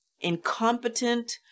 incompetent